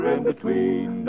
In-between